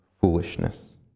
foolishness